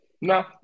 No